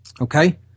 okay